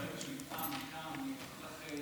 להוסיף איזשהו טעם לבקבוק,